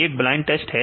एक blind test है